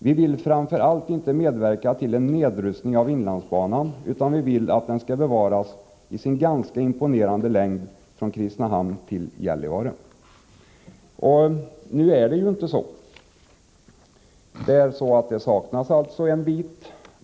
Vi vill framför allt inte medverka till en nedrustning av inlandsbanan, utan vi vill att den skall bevaras i sin ganska imponerande längd från Kristinehamn till Gällivare.” Nu blir det ju inte så, utan en sträcka kommer att saknas.